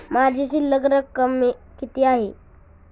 माझी शिल्लक रक्कम किती आहे?